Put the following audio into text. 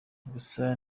gusa